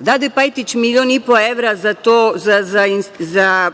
Dade Pajtić milion i po evra za to, za